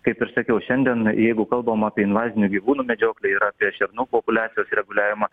kaip ir sakiau šiandien jeigu kalbam apie invazinių gyvūnų medžioklę ir apie šernų populiacijos reguliavimą